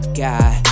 god